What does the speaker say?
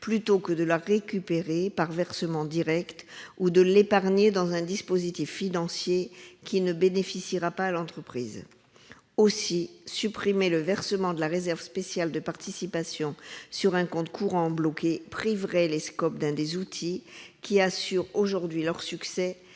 plutôt que de la récupérer par versement direct ou de l'épargner dans un dispositif financier qui ne bénéficiera pas à l'entreprise. Aussi, supprimer le versement de la réserve spéciale de participation sur un compte courant bloqué priverait les SCOP d'un des outils qui assure aujourd'hui leur succès,